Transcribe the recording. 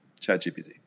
ChatGPT